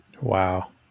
Wow